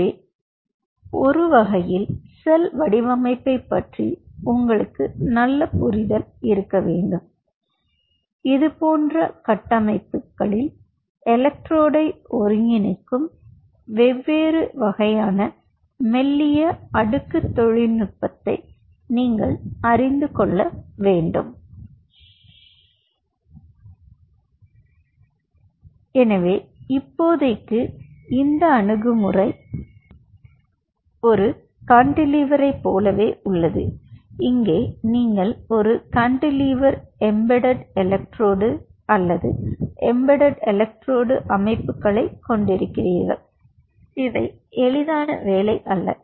எனவே ஒரு வகையில் செல் வடிவமைப்பைப் பற்றி உங்களுக்கு நல்ல புரிதல் இருக்க வேண்டும் இதுபோன்ற கட்டமைப்புகளில் எலக்ட்ரோடை ஒருங்கிணைக்கும் வெவ்வேறு வகையான மெல்லிய அடுக்கு தொழில்நுட்பத்தை நீங்கள் அறிந்து கொள்ள வேண்டும் எனவே இப்போதைக்கு இந்த அணுகுமுறை ஒரு கான்டிலீவரைப் போலவே உள்ளது இங்கே நீங்கள் ஒரு கான்டிலீவர் எம்பேடெட் எலக்ட்ரோடு அல்லது எம்பேடெட் எலக்ட்ரோடு அமைப்புகளைக் கொண்டிருக்கிறீர்கள் இவை எளிதான வேலை அல்ல